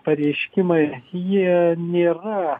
pareiškimai jie nėra